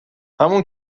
همون